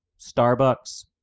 Starbucks